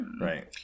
right